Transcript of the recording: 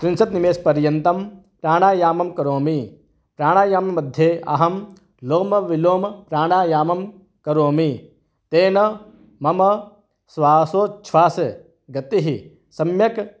त्रिंशत् निमेषपर्यन्तं प्राणायामं करोमि प्राणायममध्ये अहं लोमवोलोमप्राणायामं करोमि तेन मम श्वासोच्छ्वासे गतिः समयक्